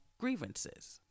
grievances